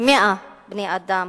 מ-100 בני-אדם,